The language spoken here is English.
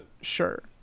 sure